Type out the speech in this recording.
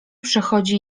przechodzi